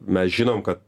mes žinom kad